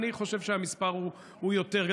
אני חושב שהמספר הוא יותר.